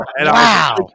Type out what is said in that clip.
Wow